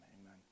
Amen